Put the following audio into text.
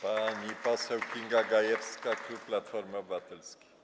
Pani poseł Kinga Gajewska, klub Platforma Obywatelska.